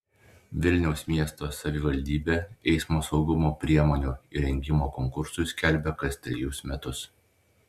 vilniaus miesto savivaldybė eismo saugumo priemonių įrengimo konkursus skelbia kas trejus metus